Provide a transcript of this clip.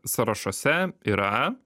sąrašuose yra